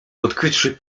utkwiwszy